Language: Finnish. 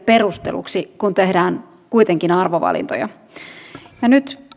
perusteluksi kun tehdään kuitenkin arvovalintoja ja nyt